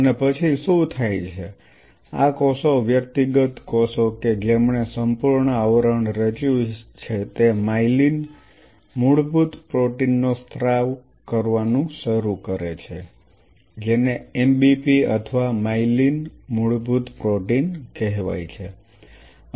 અને પછી શું થાય છે આ કોષો વ્યક્તિગત કોષો કે જેમણે સંપૂર્ણ આવરણ રચ્યું છે તે માયેલિન મૂળભૂત પ્રોટીનનો સ્ત્રાવ કરવાનું શરૂ કરે છે જેને MBP અથવા માયેલિન મૂળભૂત પ્રોટીન કહેવાય છે